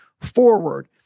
forward